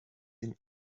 ihn